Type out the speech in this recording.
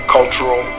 Cultural